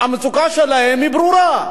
הקושי שלהם הוא ברור.